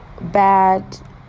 bad